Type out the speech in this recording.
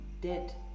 dead